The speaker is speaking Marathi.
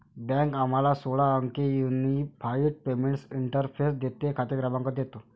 बँक आम्हाला सोळा अंकी युनिफाइड पेमेंट्स इंटरफेस देते, खाते क्रमांक देतो